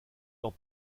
leur